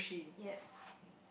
yes